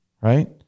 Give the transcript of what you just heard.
right